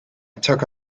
took